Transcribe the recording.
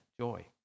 Joy